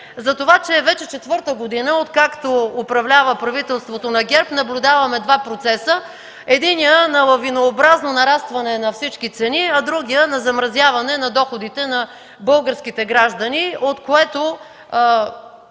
за това, че вече четвърта година, откакто управлява правителството на ГЕРБ, наблюдаваме два процеса: единият – на лавинообразно нарастване на всички цени, а другият – на замразяване на доходите на българските граждани, от което